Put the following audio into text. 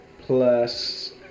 plus